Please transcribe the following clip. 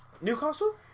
Newcastle